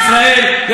לפחות תתאפקי.